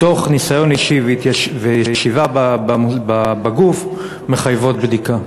מתוך ניסיון אישי וישיבה בגוף, מחייבת בדיקה.